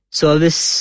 service